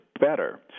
better